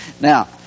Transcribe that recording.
Now